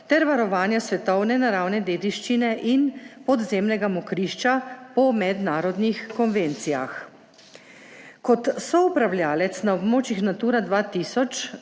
ter varovanja svetovne naravne dediščine in podzemnega mokrišča po mednarodnih konvencijah. Kot soupravljavec na območjih Natura 2000,